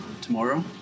tomorrow